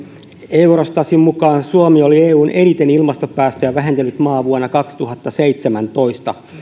eurostatin mukaan suomi oli eun eniten ilmastopäästöjä vähentänyt maa vuonna kaksituhattaseitsemäntoista